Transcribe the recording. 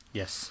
yes